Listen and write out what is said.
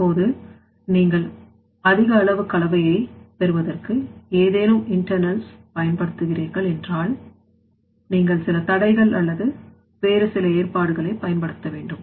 இப்போது நீங்கள் அதிக அளவு கலவையை பெறுவதற்கு ஏதேனும் இன்டர்ணல்ஸ் பயன்படுத்துகிறீர்கள் என்றால் நீங்கள் சில தடைகள் அல்லது வேறு சில ஏற்பாடுகளை பயன்படுத்த வேண்டும்